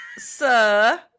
Sir